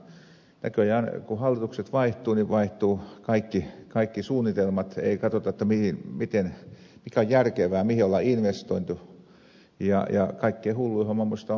näköjään kun hallitukset vaihtuvat vaihtuvat kaikki suunnitelmat ei katsota mikä on järkevää mihin on investoitu ja kaikkein hulluin homma minusta on vaikka tämä joensuun tapaus